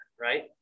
right